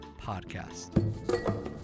podcast